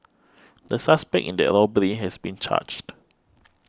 the suspect in that robbery has been charged